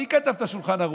מי כתב את השולחן ערוך.